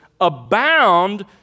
abound